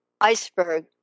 iceberg